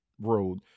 road